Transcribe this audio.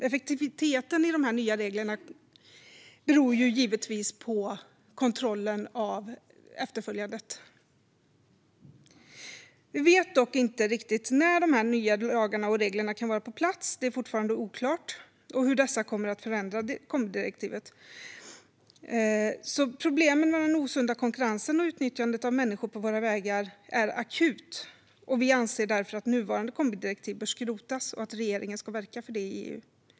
Effektiviteten i de nya reglerna beror givetvis på kontrollen av efterföljandet. Vi vet dock inte riktigt när de nya lagarna och reglerna kan vara på plats - det är fortfarande oklart - eller hur de kommer att förändra kombidirektivet. Problemet med osund konkurrens och utnyttjande av människor på våra vägar är akut. Vi anser därför att nuvarande kombidirektiv bör skrotas och att regeringen ska verka för det i EU.